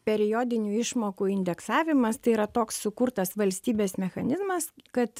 periodinių išmokų indeksavimas tai yra toks sukurtas valstybės mechanizmas kad